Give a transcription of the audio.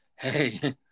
hey